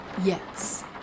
yes